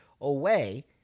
away